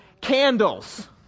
candles